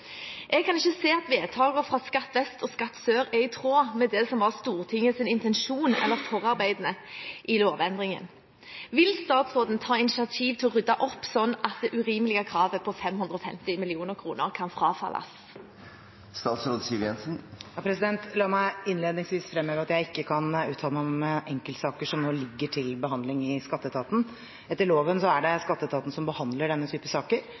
Jeg kan ikke se at vedtakene fra Skatt vest og Skatt sør er i tråd med Stortingets intensjon eller forarbeidene til lovendringen. Vil statsråden ta initiativ til å rydde opp slik at det urimelige kravet på 550 mill. kr kan frafalles?» La meg innledningsvis fremheve at jeg ikke kan uttale meg om enkeltsaker som ligger til behandling i skatteetaten. Etter loven er det skatteetaten som behandler denne type saker,